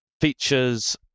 features